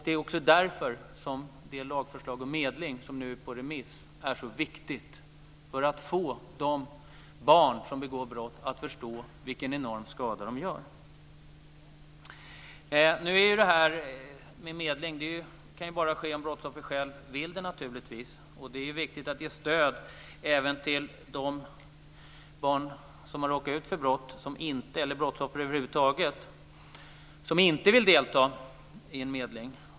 Det är därför det lagförslag om medling som nu är på remiss är så viktigt. Vi måste få de barn som begår brott att förstå vilken enorm skada de gör. Medling kan naturligtvis bara ske om brottsoffret självt vill det. Det är viktigt att ge stöd även till de barn som har råkat ut för brott och till brottsoffer över huvud taget som inte vill delta i en medling.